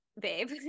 babe